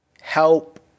help